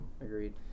agreed